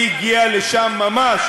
היא הגיעה לשם ממש,